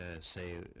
say